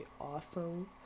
awesome